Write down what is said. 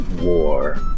War